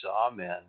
Amen